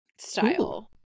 style